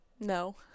no